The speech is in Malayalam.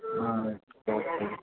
ആ ഓക്കെ